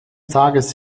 tages